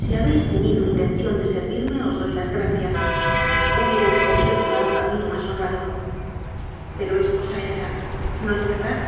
si habéis tenido intención de servirme os doy las gracias hubierais podido tomar un camino más honrado pero es cosa hecha no es verdad